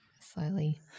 slowly